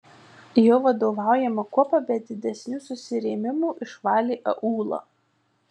jo vadovaujama kuopa be didesnių susirėmimų išvalė aūlą